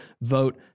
vote